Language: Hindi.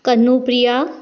कनुप्रिया